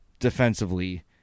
defensively